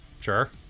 sure